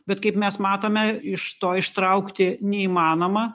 bet kaip mes matome iš to ištraukti neįmanoma